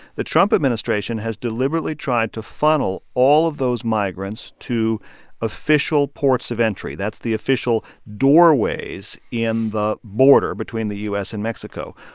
the trump administration has deliberately tried to funnel all of those migrants to official ports of entry. that's the official doorways in the border between the u s. and mexico.